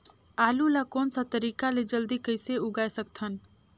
आलू ला कोन सा तरीका ले जल्दी कइसे उगाय सकथन?